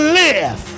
live